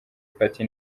party